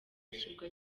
ashyirwa